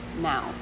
now